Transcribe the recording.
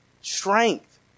strength